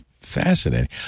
fascinating